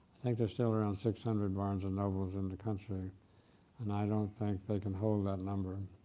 think there are still around six hundred barnes and nobles in the country and i don't think they can hold that number.